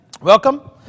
Welcome